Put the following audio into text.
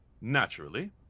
Naturally